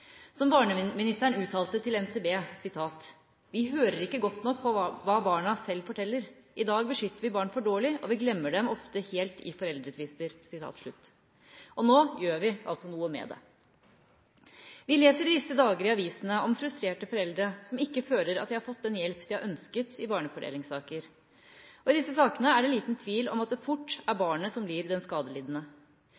Barneministeren uttalte til NTB: «Vi hører ikke godt nok på hva barna selv forteller. I dag beskytter vi barn for dårlig, og vi glemmer dem ofte helt i foreldretvister.» Og nå gjør vi altså noe med det. Vi leser i disse dager i avisene om frustrerte foreldre som føler at de ikke har fått den hjelpen de har ønsket i barnefordelingssaker. I disse sakene er det liten tvil om at det fort er